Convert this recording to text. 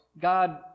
God